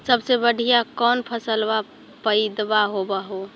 सबसे बढ़िया कौन फसलबा पइदबा होब हो?